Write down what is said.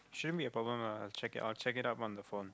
shouldn't be a problem ah I'll check I'll check it up on the phone